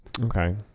Okay